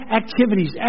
activities